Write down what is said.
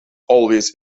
always